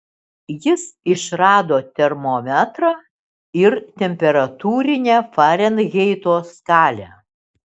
jis išrado termometrą ir temperatūrinę farenheito skalę